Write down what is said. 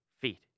feet